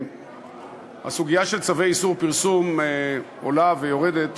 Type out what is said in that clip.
הסוגיה של צווי איסור פרסום עולה ויורדת